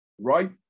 right